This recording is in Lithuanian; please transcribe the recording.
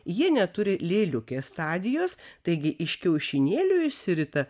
jie neturi lėliukės stadijos taigi iš kiaušinėlių išsirita